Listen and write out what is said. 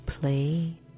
play